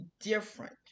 different